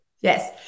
Yes